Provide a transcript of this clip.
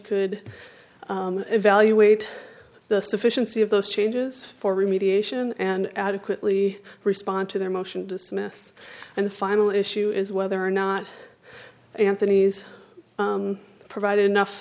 could evaluate the sufficiency of those changes for remediation and adequately respond to their motion to dismiss and the final issue is whether or not anthony's provide enough